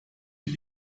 ich